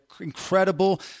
incredible